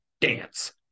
dance